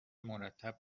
مرتب